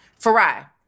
Farai